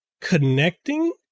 connecting